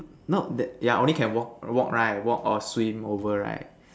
no that yeah only can walk walk right walk or swim over right